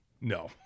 No